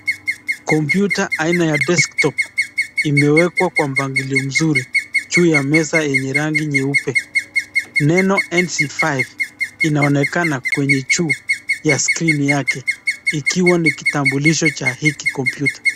Kompyuta aina ya desktop imewekwa kwa mpangilio mzuri juu ya meza yenye rangi nyeupe. Neno NC five inaonekana kwenye juu ya skrini yake ikiwa ni kitambulisho cha hiki kompyuta.